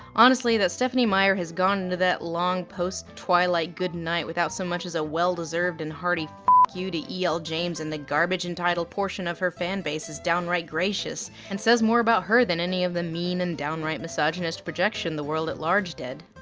honestly that stephenie meyer has gone into that long post twilight goodnight without so much as a well-deserved and hearty f ck you to e l. james and the garbage entitled portion of her fan base is downright gracious and says more about her than any of the mean and downright misogynist projection the world at large did.